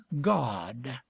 God